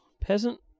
peasant